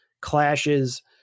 clashes